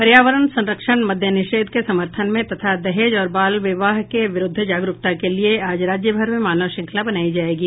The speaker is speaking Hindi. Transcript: जलवायु संरक्षण मद्य निषेद्य के समर्थन में तथा दहेज और बाल विवाह के विरूद्व जागरूकता के लिए आज राज्यभर में मानव श्रंखला बनायी जायेगी